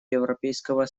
европейского